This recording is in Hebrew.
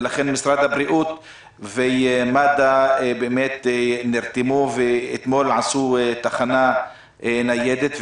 לכן משרד הבריאות ומד"א באמת נרתמו ואתמול עשו תחנה ניידת,